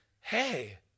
hey